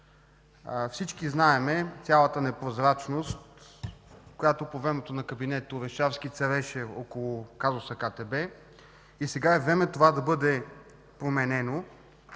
Всички знаем цялата непрозрачност, която по времето на кабинета цареше около казуса КТБ, и сега е време това да бъде променено.